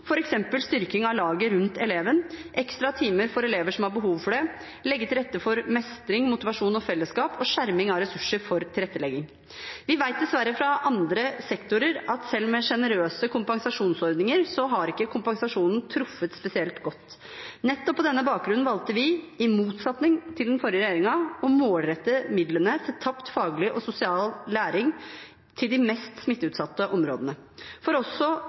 styrking av laget rundt eleven, ekstra timer for elever som har behov for det, å legge til rette for mestring, motivasjon og fellesskap, og skjerming av ressurser for tilrettelegging. Vi vet dessverre fra andre sektorer at selv med sjenerøse kompensasjonsordninger har ikke kompensasjonen truffet spesielt godt. Nettopp på denne bakgrunn valgte vi, i motsetning til den forrige regjeringen, å målrette midlene til tapt faglig og sosial læring til de mest smitteutsatte områdene. For